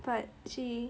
but she